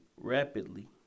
rapidly